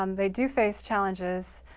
um they do face challenges.